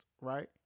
right